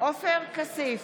עופר כסיף,